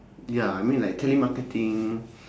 ya I mean like telemarketing